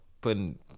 putting